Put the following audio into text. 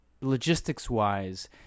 logistics-wise